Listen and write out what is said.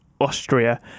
Austria